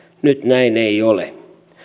nyt näin ei ole